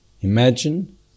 imagine